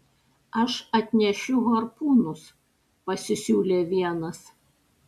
aš atnešiu harpūnus pasisiūlė vienas